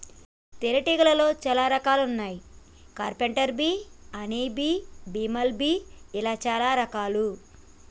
తేనే తీగలాల్లో చాలా రకాలు వున్నాయి carpenter bee honey bee, bumble bee ఇలా చాలా రకాలు